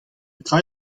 petra